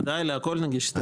בוודאי, להכול נגיש הסתייגויות.